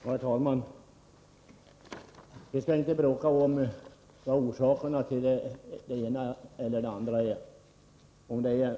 av dumpad senaps Herr talman! Vi skall inte bråka om vad orsakerna är till det ena eller det gas andra, om det är